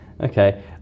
Okay